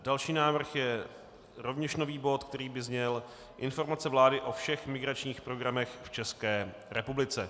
Další návrh je rovněž nový bod, který by zněl Informace vlády o všech migračních programech v České republice.